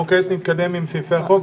נתקדם כעת עם סעיפי החוק.